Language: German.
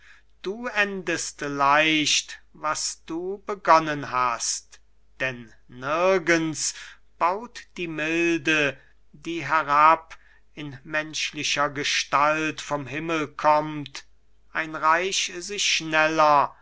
du endest leicht was du begonnen hast denn nirgends baut die milde die herab in menschlicher gestalt vom himmel kommt ein reich sich schneller